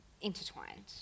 intertwined